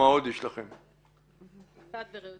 אני לא אתייחס לרציונלים של חוק השמות או לזכות להישכח,